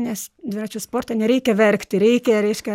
nes dviračių sporte nereikia verkti reikia reiškia